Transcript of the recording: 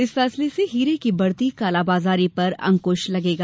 इस फैसले से हीरे की बढ़ती कालाबाजारी पर अंकुश लगेगा